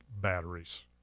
batteries